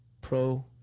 pro